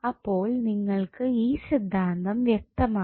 അപ്പോൾ നിങ്ങൾക്ക് ഈ സിദ്ധാന്തം വ്യക്തമാണ്